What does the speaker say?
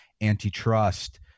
antitrust